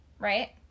right